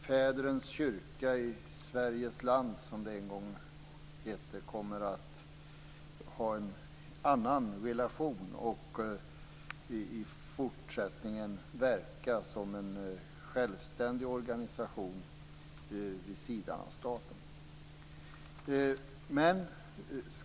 Fädrens kyrka i Sveriges land, som det en gång hette, kommer att ha en annan relation och i fortsättningen verka som en självständig organisation vid sidan av staten.